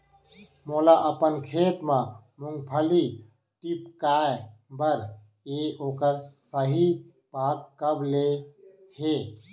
मोला अपन खेत म मूंगफली टिपकाय बर हे ओखर सही पाग कब ले हे?